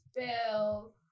spell